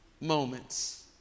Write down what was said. moments